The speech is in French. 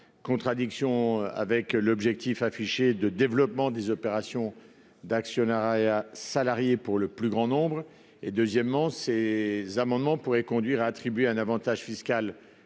contradiction avec l'objectif affiché de développement des opérations d'actionnariat salarié pour le plus grand nombre. D'autre part, cela pourrait conduire à attribuer un avantage fiscal